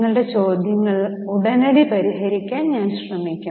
നിങ്ങളുടെ ചോദ്യങ്ങൾ ഉടനടി പരിഹരിക്കാൻ ഞാൻ ശ്രമിക്കും